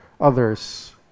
others